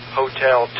hotel